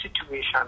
situation